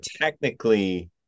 technically